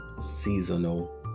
Seasonal